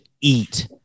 eat